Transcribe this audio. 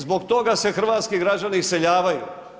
Zbog toga se hrvatski građani iseljavaju.